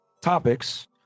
topics